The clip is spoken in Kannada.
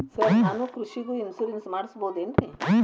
ಸರ್ ನಾನು ಕೃಷಿಗೂ ಇನ್ಶೂರೆನ್ಸ್ ಮಾಡಸಬಹುದೇನ್ರಿ?